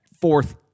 fourth